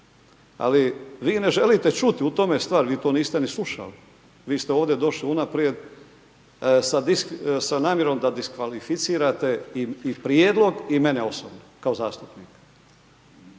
ali vi ne želite čut', u tome je stvar, vi to niste ni slušali, vi ste ovdje došli unaprijed sa namjerom da diskvalificirate i prijedlog, i mene osobno kao zastupnika.